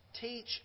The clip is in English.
Teach